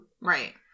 Right